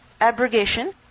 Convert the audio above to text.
Abrogation